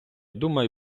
думай